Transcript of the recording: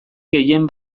gehien